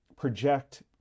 project